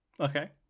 Okay